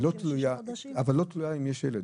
היא לא תלויה אם יש ילד.